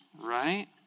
right